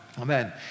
Amen